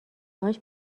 هاش